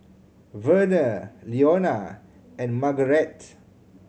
Verner Leonia and Marguerite